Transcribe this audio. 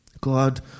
God